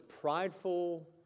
prideful